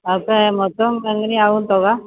അ അപ്പം മൊത്തം എങ്ങനെയാകും തുക